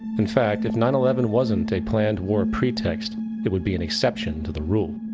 in fact if nine eleven wasn't a planned war pretext it would be an exception to the rule.